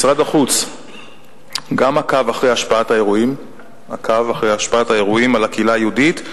משרד החוץ גם עקב אחרי השפעת האירועים על הקהילה היהודית.